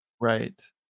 right